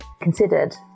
considered